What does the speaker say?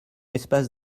espace